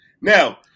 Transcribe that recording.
Now